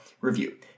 review